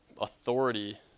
authority